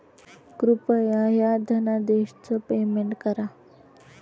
कृपया ह्या धनादेशच पेमेंट करा